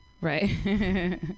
Right